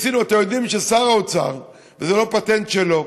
אתם יודעים ששר האוצר, וזה לא פטנט שלו,